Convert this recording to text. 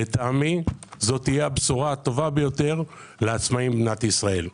לטעמי זו תהיה הבשורה הטובה ביותר לעצמאים במדינת ישראל.